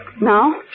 now